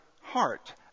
heart